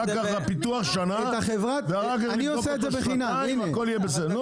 אחר כך הפיתוח שנה ואחר כך שנתיים להפעיל.